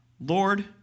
Lord